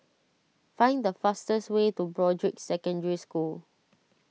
find the fastest way to Broadrick Secondary School